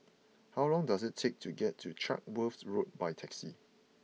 how long does it take to get to Chatsworth Road by taxi